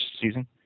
season